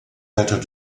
better